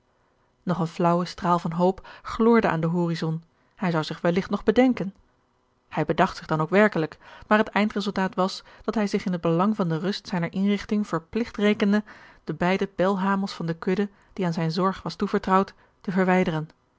nog een flaauwe straal van hoop gloorde aan den horizon hij zou zich welligt nog bedenken hij bedacht zich dan ook werkelijk maar het eindresultaat was dat hij zich in het belang van de rust zijner inrigting verpligt rekende de beide belhamels van de kudde die aan zijne zorg was toevertrouwd te verwijderen